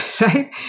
right